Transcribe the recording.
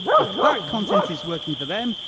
if that content is working for them,